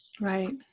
Right